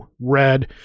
red